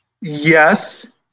Yes